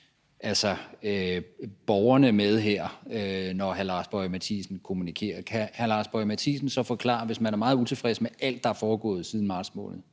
tager borgerne med, når han kommunikerer, kan hr. Lars Boje Mathiesen så forklare, hvis man er meget utilfreds med alt, der er foregået tid siden marts måned